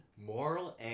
Moral